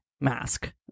mask